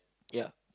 ya